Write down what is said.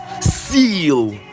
seal